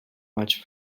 much